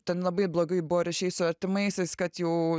ten labai blogai buvo ryšiai su artimaisiais kad jau